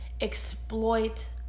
exploit